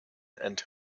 and